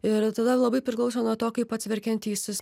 ir tada labai priklauso nuo to kaip pats verkiantysis